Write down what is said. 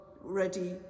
ready